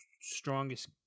strongest